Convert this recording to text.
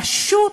פשוט,